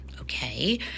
Okay